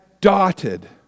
dotted